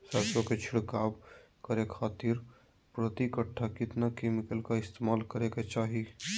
सरसों के छिड़काव करे खातिर प्रति कट्ठा कितना केमिकल का इस्तेमाल करे के चाही?